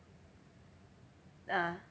ah